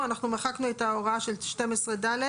מחקנו את ההוראה של 12(ד),